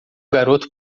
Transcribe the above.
garoto